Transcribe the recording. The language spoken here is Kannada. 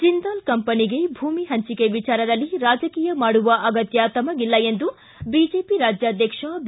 ಜಿಂದಾಲ್ ಕಂಪನಿಗೆ ಭೂಮಿ ಹಂಚಿಕೆ ವಿಚಾರದಲ್ಲಿ ರಾಜಕೀಯ ಮಾಡುವ ಅಗತ್ತ ತಮಗಿಲ್ಲ ಎಂದು ಬಿಜೆಪಿ ರಾಜ್ಯಾಧ್ಯಕ್ಷ ಬಿ